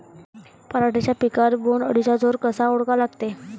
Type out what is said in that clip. पराटीच्या पिकावर बोण्ड अळीचा जोर कसा ओळखा लागते?